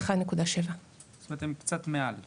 1.7. זאת אומרת, הם קצת מעל.